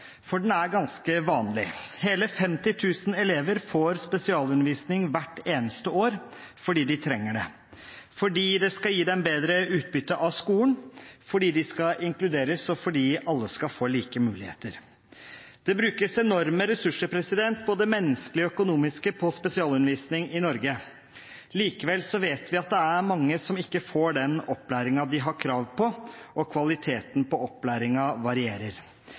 for den er ganske vanlig. Hele 50 000 elever får spesialundervisning hvert eneste år, fordi de trenger det, fordi det skal gi dem bedre utbytte av skolen, fordi de skal inkluderes, og fordi alle skal få like muligheter. Det brukes enorme ressurser, både menneskelige og økonomiske, på spesialundervisning i Norge. Likevel vet vi at det er mange som ikke får den opplæringen de har krav på, og kvaliteten på opplæringen varierer.